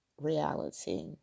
reality